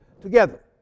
together